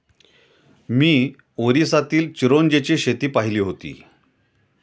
मी ओरिसातील चिरोंजीची शेती पाहिली होती